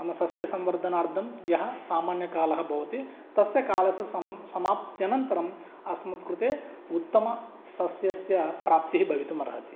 नाम सस्यसंवर्धनार्थं यः सामान्यकालः भवति तस्य कालस्य समा समाप्त्यनन्तरम् अस्मद्कृते उत्तमसस्यस्य प्राप्तिः भवितुम् अर्हति